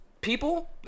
people